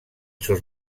sus